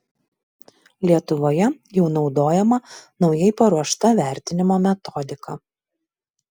lietuvoje jau naudojama naujai paruošta vertinimo metodika